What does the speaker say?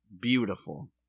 Beautiful